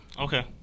Okay